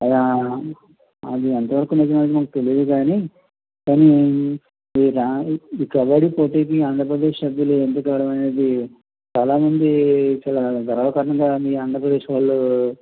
అది ఎంత వరకు నిజమైంది మాకు తేలీదు కానీ కానీ ఈ ఈ కబడ్డీ పోటీకి ఆంద్రప్రదేశ్ సభ్యులు ఎంపిక అవ్వడం అనేది చాలా మంది చాలా గర్వకారణంగా మీ ఆంద్రప్రదేశ్ వాళ్ళు